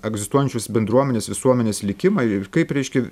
egzistuojančios bendruomenės visuomenės likimą ir kaip reiškia